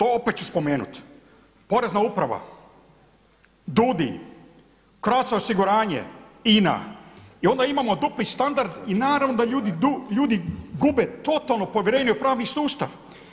Opet ću to spomenut, Porezna uprava, DUDDI, Croatia osiguranje, INA i onda imamo dupli standard i naravno da ljudi gube totalno povjerenje u pravni sustav.